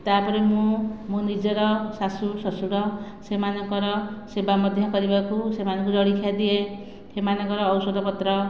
ତା'ପରେ ମୁଁ ମୋ ନିଜର ଶାଶୁ ଶ୍ଵଶୁର ସେମାନଙ୍କର ସେବା ମଧ୍ୟ କରିବାକୁ ସେମାନଙ୍କୁ ଜଳଖିଆ ଦିଏ ସେମାନଙ୍କର ଔଷଧପତ୍ର